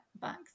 back